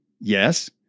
yes